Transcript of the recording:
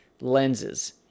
lenses